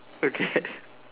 okay